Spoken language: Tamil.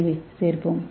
ஏவை சேர்ப்போம்